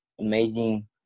amazing